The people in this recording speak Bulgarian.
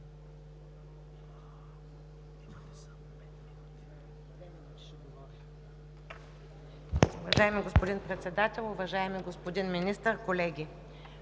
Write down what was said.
Уважаеми господин Председател, уважаеми господин Министър, колеги!